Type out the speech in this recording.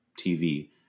TV